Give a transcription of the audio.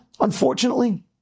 unfortunately